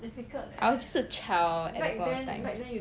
I was just a child at that point of time